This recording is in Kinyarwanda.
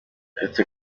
uretse